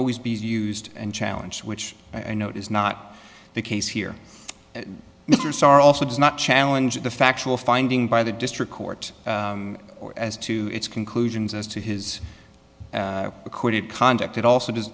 always be used and challenge which i know is not the case here mr starr also does not challenge the factual finding by the district court as to its conclusions as to his recorded conduct it also does